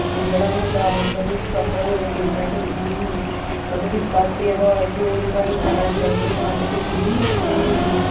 जेह्ड़ा बंदा मतलव हून सफर होए पेशैंट मतलव बिपता च पेदा होए ते ओह्दे तांई इन्ना टाईम लग्गग तां ते फिर किन्नी मुश्कल होई जंदी